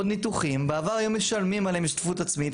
ניתוחים בעבר היו משלמים עליהם השתתפות עצמית,